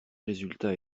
résultats